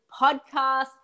podcast